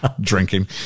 drinking